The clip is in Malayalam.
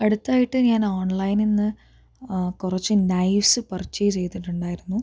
അടുത്തായിട്ട് ഞാൻ ഓൺലൈനിൽ നിന്ന് കുറച്ച് നൈവ്സ് പർച്ചേയ്സ് ചെയ്തിട്ടുണ്ടായിരുന്നു